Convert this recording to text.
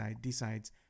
decides